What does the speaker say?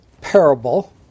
parable